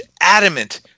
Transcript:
adamant